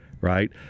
Right